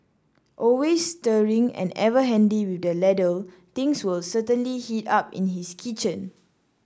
always stirring and ever handy with the ladle things will certainly heat up in his kitchen